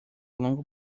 longo